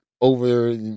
over